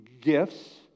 gifts